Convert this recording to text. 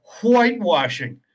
whitewashing